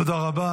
תודה רבה.